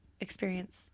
experience